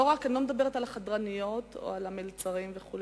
אני לא מדברת רק על החדרניות או המלצרים וכו',